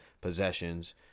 possessions